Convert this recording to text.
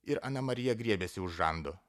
ir ana marija griebėsi už žando